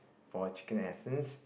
for chicken essence